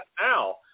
now